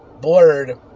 blurred